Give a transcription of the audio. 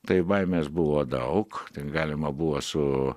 tai baimės buvo daug tai galima buvo su